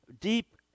deep